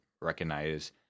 recognize